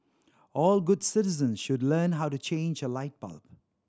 all good citizen should learn how to change a light bulb